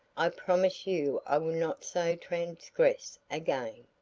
i promise you i will not so transgress again.